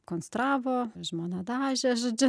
konstravo žmona dažė žodžiu